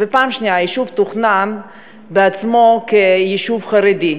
היישוב תוכנן כיישוב חרדי.